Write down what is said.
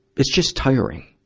it's just tiring.